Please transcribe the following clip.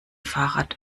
fahrrad